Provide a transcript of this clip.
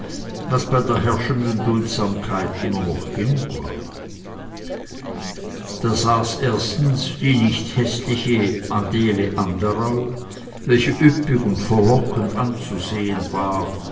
was bei der herrschenden duldsamkeit immer noch genug war da saß erstens die nicht häßliche adele anderau welche üppig und verlockend anzusehen war